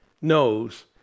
knows